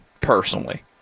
personally